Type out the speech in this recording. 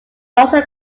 also